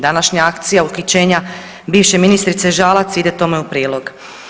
Današnja akcija uhićenja bivše ministrice Žalac ide tome u prilog.